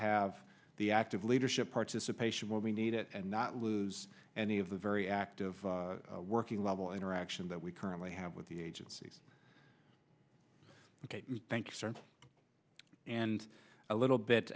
have the active leadership participation where we need it and not lose any of the very active working level interactions that we currently have with the agencies ok thank you sir and a little bit